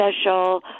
special